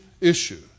issue